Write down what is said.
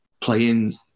playing